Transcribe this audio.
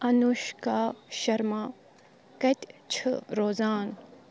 أنوٗشکا شَرما کَتہِ چھِ روزان